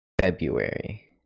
February